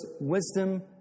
wisdom